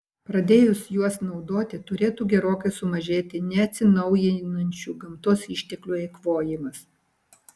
pradėjus juos naudoti turėtų gerokai sumažėti neatsinaujinančiųjų gamtos išteklių eikvojimas